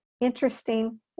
interesting